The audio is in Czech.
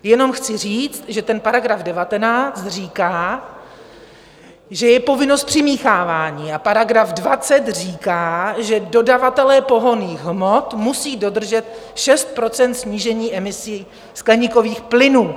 Jenom chci říct, že § 19 říká, že je povinnost přimíchávání, a § 20 říká, že dodavatelé pohonných hmot musí dodržet 6% snížení emisí skleníkových plynů.